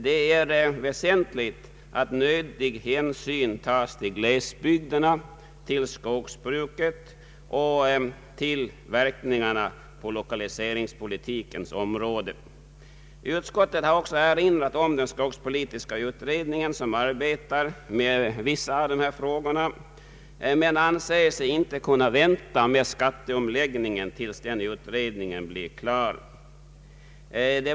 Det är väsentligt att nödig hänsyn tas till glesbygderna och skogsbruket och till verkningarna på lokaliseringspolitikens område. Utskottet har erinrat om den skogspolitiska utredningen, som arbetar med vissa av dessa frågor, men anser sig inte kunna vänta med skatteomläggningen till dess den utredningen blir klar.